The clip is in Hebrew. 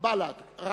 קבוצת בל"ד, קבוצת